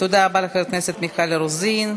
תודה רבה לחברת הכנסת מיכל רוזין.